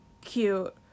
cute